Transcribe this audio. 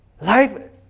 life